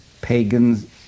pagan